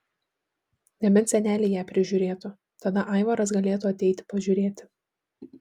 nebent seneliai ją prižiūrėtų tada aivaras galėtų ateiti pažiūrėti